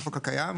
בחוק הקיים,